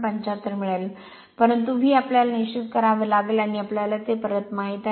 75 मिळेल परंतु V आम्हाला निश्चित करावे लागेल आणि आम्हाला ते परत माहित आहे